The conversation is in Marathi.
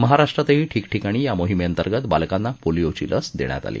महाराष्ट्रातही ठिकठिकाणी या मोहीमेअंतर्गत बालकांना पोलिओची लस देण्यात आली